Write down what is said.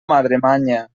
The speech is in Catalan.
madremanya